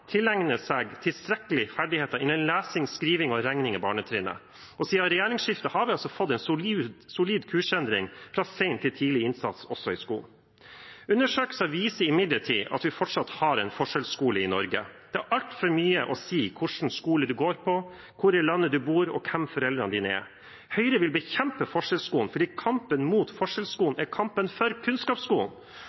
tilegner seg tilstrekkelige ferdigheter innen lesing, skriving og regning i barnetrinnet. Siden regjeringsskiftet har vi fått en solid kursendring, fra sen til tidlig innsats også i skolen. Undersøkelser viser imidlertid at vi fortsatt har en forskjellsskole i Norge. Det har altfor mye å si hvilken skole du går på, hvor i landet du bor, og hvem foreldrene dine er. Høyre vil bekjempe forskjellsskolen, for kampen mot forskjellsskolen er kampen for kunnskapsskolen.